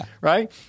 right